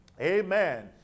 Amen